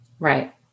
Right